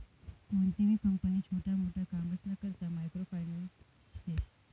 कोणतीबी कंपनी छोटा मोटा कामसना करता मायक्रो फायनान्स देस